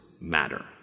matter